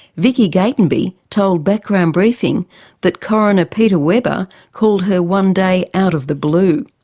vicky gatenby told background briefing that coroner peter webber called her one day out of the blue.